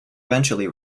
eventually